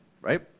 right